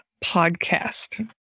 podcast